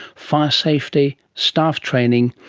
fire safety, staff training,